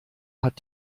hat